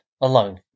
alone